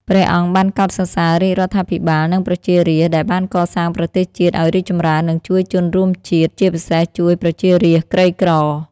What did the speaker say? ព្រះអង្គបានកោតសរសើររាជរដ្ឋាភិបាល និងប្រជារាស្ត្រដែលបានកសាងប្រទេសជាតិឱ្យរីកចម្រើន និងជួយជនរួមជាតិ ជាពិសេសជួយប្រជារាស្ត្រក្រីក្រ។